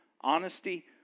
Honesty